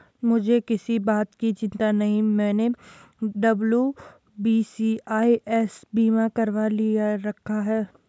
मुझे किसी बात की चिंता नहीं है, मैंने डब्ल्यू.बी.सी.आई.एस बीमा करवा रखा था